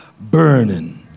burning